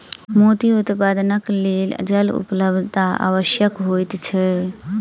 मोती उत्पादनक लेल जलक उपलब्धता आवश्यक होइत छै